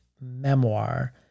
memoir